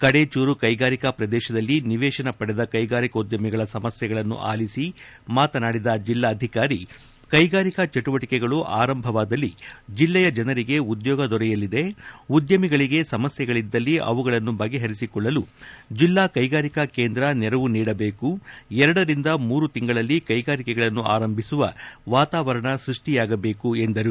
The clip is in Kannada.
ಕಡೇಚೂರು ಕೈಗಾರಿಕಾ ಪ್ರದೇಶದಲ್ಲಿ ನಿವೇಶನ ಪಡೆದ ಕೈಗಾರಿಕೋದ್ಯಮಿಗಳ ಸಮಸೈಗಳನ್ನು ಅಲಿಸಿ ಮಾತನಾಡಿದ ಜಿಲ್ಲಾಧಿಕಾರಿ ಕೈಗಾರಿಕಾ ಚಟುವಟಿಕೆಗಳು ಆರಂಭವಾದಲ್ಲಿ ಜಿಲ್ಲೆಯ ಜನರಿಗೆ ಉದ್ಯೋಗ ದೊರೆಯಲಿದೆ ಉದ್ಯಮಿಗಳಿಗೆ ಸಮಸ್ಯೆಗಳಿದ್ದಲ್ಲಿ ಅವುಗಳನ್ನು ಬಗೆಹರಿಸಿಕೊಳ್ಳಲು ಜಿಲ್ಲಾ ಕೈಗಾರಿಕಾ ಕೇಂದ್ರ ನೆರವು ನೀಡಬೇಕು ಎರಡರಿಂದ ಮೂರು ತಿಂಗಳಲ್ಲಿ ಕೈಗಾರಿಕೆಗಳನ್ನು ಆರಂಭಿಸುವ ವಾತಾವರಣ ಸೃಷ್ಟಿಯಾಗಬೇಕು ಎಂದರು